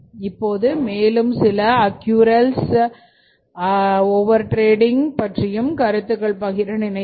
இப்போது மேலும் சில அக்குரல்ஸ் ஓவர் டிரேடிங் பற்றியும் கருத்துக்கள் பகிர நினைத்தேன்